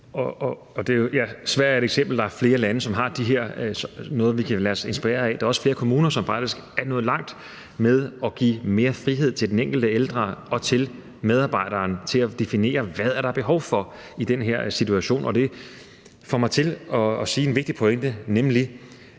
Sverige er et eksempel, og der er flere lande, som har noget, vi kan lade os inspirere af. Der er også flere kommuner, som faktisk er nået langt med at give mere frihed til den enkelte ældre og til medarbejderen med hensyn til at definere, hvad der er behov for i den konkrete situation. Det får mig til at sige en vigtig pointe, nemlig